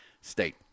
State